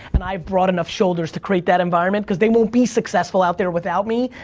and i have broad enough shoulders to create that environment. cause they won't be successful out there without me,